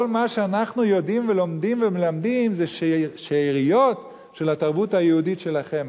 כל מה שאנחנו יודעים ולומדים ומלמדים זה שאריות של התרבות היהודית שלכם,